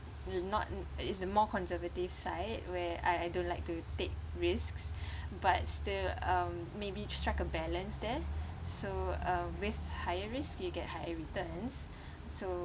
l~ not it's the more conservative side where I I don't like to take risks but still um maybe strike a balance there so uh with higher risk you get higher returns so